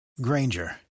Granger